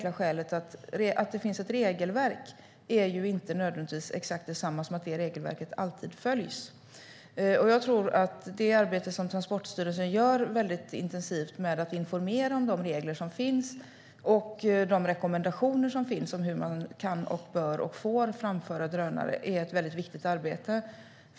Att det finns ett regelverk är inte detsamma som att reglerna alltid följs. Transportstyrelsens arbete med att informera om de regler som finns och med att ge rekommendationer för hur man ska framföra drönare är väldigt viktigt.